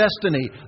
destiny